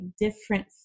different